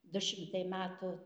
du šimtai metų